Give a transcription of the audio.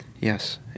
Yes